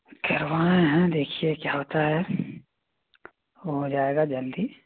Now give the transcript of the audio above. कह रहे हैं देखिए क्या होता है हो जायेगा जल्दी